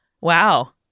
Wow